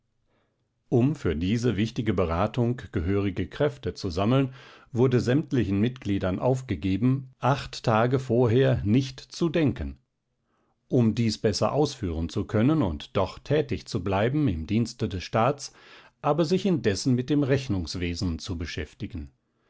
um für diese wichtige beratung gehörige kräfte zu sammeln wurde sämtlichen mitgliedern aufgegeben acht tage vorher nicht zu denken um dies besser ausführen zu können und doch tätig zu bleiben im dienste des staats aber sich indessen mit dem rechnungswesen zu beschäftigen